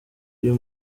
uyu